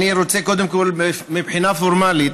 אני רוצה קודם כול להשיב לך מבחינה פורמלית,